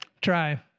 Try